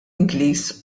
ingliż